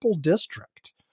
district